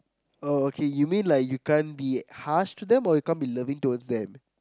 oh okay you mean like you can't be harsh to them or you can't be loving towards them